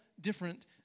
different